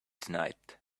tonight